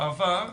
בעבר,